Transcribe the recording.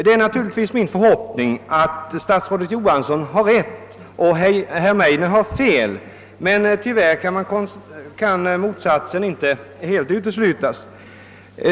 Det är naturligtvis min förhoppning att statsrådet Johansson har rätt och herr Meidner fel, men tyvärr kan motsatsen inte helt uteslutas.